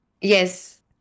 yes